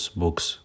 books